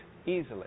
Easily